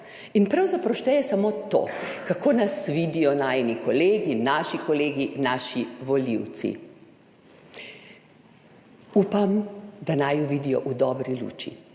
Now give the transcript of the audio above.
in pravzaprav šteje samo to, kako nas vidijo najini kolegi, naši kolegi, naši volivci. Upam, da naju vidijo v dobri luči,